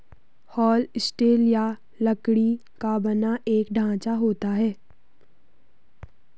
हल स्टील या लकड़ी का बना एक ढांचा होता है